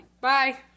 Bye